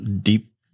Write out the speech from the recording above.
Deep